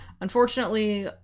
unfortunately